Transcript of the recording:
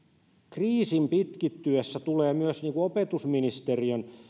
kriisin pitkittyessä tulee myös opetusministeriön